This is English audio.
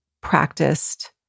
practiced